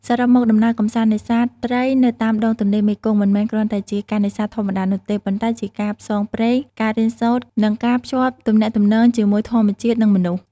សរុបមក ដំណើរកម្សាន្តនេសាទត្រីនៅតាមដងទន្លេមេគង្គ មិនមែនគ្រាន់តែជាការនេសាទធម្មតានោះទេ ប៉ុន្តែវាជាការផ្សងព្រេង ការរៀនសូត្រ និងការភ្ជាប់ទំនាក់ទំនងជាមួយធម្មជាតិនិងមនុស្ស។